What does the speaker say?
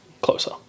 Closer